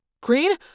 Green